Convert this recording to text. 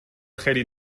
خیلی